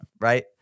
right